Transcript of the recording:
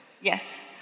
Yes